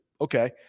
Okay